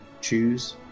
choose